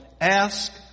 ask